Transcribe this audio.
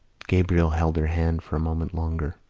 gabriel held her hand for a moment longer,